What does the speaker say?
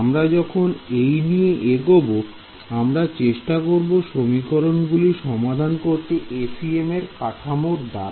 আমরা যখন এই নিয়ে এগোবো আমরা চেষ্টা করব সমীকরণ গুলি সমাধান করতে FEM এর কাঠামোর দ্বারা